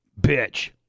bitch